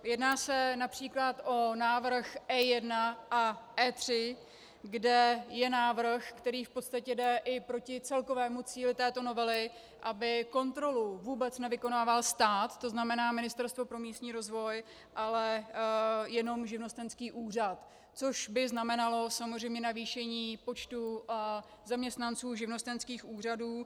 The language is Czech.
Jedná se například o návrh E1 a E3, kde je návrh, který v podstatě jde i proti celkovému cíli této novely, aby kontrolu vůbec nevykonával stát, to znamená Ministerstvo pro místní rozvoj, ale jenom živnostenský úřad, což by znamenalo samozřejmě navýšení počtu zaměstnanců živnostenských úřadů.